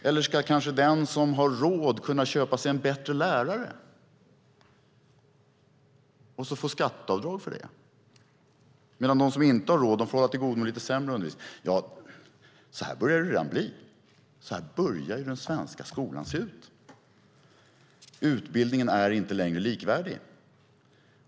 Eller ska kanske den som har råd kunna köpa sig en bättre lärare och få skatteavdrag för det, medan de som inte har råd får hålla till godo med lite sämre undervisning? Så här börjar det redan bli. Så här börjar den svenska skolan se ut. Utbildningen är inte längre likvärdig.